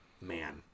man